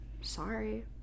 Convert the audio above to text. Sorry